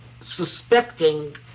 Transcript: suspecting